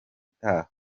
itaha